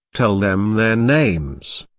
tell them their names.